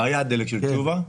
היה דלק של תשובה,